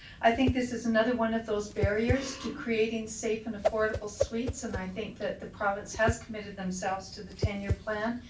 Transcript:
i think this is another one of those barriers to creating safe and affordable suites, and i think that the province has committed themselves to the ten-year plan.